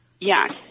Yes